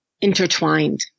intertwined